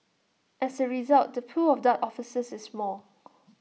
as A result the pool of dart officers is small